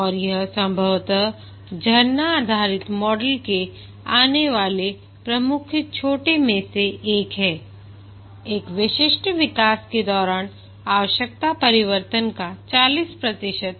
और यह संभवतः झरने आधारित मॉडल के आने वाले प्रमुख छोटे में से एक है एक विशिष्ट विकास के दौरान आवश्यकता परिवर्तन का 40 प्रतिशत